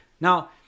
Now